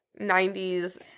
90s